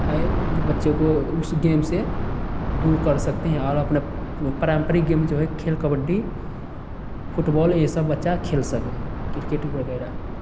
है जो बच्चे को उस गेम से दूर कर सकते हैं और अपने पारम्परिक गेम जो एक खेल कबड्डी फुटबॉल ये सब बच्चा खेल सके क्रिकेट वगैरह